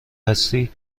هستی